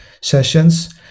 sessions